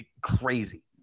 crazy